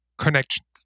Connections